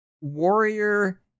Warrior